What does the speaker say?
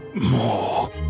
More